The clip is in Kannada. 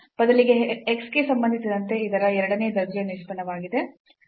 ಬದಲಿಗೆ x ಗೆ ಸಂಬಂಧಿಸಿದಂತೆ ಇದರ ಎರಡನೇ ದರ್ಜೆಯ ನಿಷ್ಪನ್ನವಾಗಿದೆ